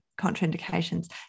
contraindications